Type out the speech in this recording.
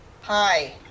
Hi